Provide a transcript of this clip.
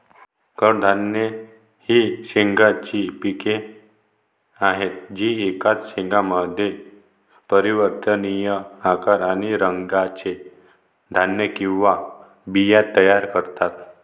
कडधान्ये ही शेंगांची पिके आहेत जी एकाच शेंगामध्ये परिवर्तनीय आकार आणि रंगाचे धान्य किंवा बिया तयार करतात